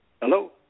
Hello